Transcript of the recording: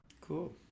Cool